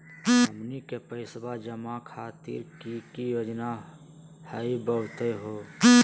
हमनी के पैसवा जमा खातीर की की योजना हई बतहु हो?